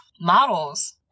models